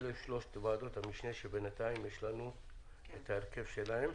אלו הן שלושת ועדות המשנה שבינתיים יש לנו את ההרכב שלהן.